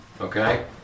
okay